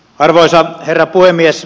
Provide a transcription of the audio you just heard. arvoisa herra puhemies